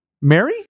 Mary